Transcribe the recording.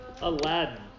Aladdin